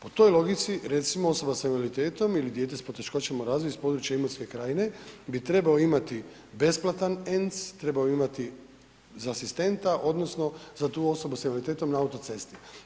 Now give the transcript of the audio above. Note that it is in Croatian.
Po toj logici recimo osoba s invaliditetom ili dijete s poteškoćama u razvoju iz područja Imotske krajine bi trebao imati besplatan ENC, trebao bi imati za asistenta odnosno za tu osobu s invaliditetom na autocesti.